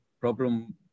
problem